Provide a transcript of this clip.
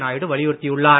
நாயுடு வலியுறுத்தியுள்ளார்